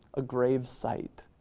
ah grave site,